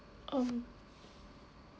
um